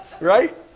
Right